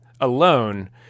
alone